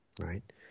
right